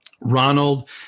Ronald